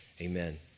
Amen